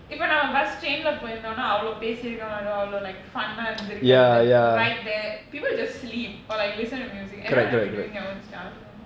இப்பநாம:ipa naama bus train lah போயிருந்தோம்னாஅவ்ளோபேசிருக்காமாட்டோம்அவ்ளோ:poirundhomna avlo pesirukka maatom avlo fun ah இருந்துருக்காது:irundhurukkadhu the the ride there people just sleep or like listen to music everyone will be doing their own stuff